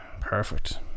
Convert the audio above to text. Perfect